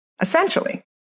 Essentially